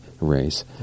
race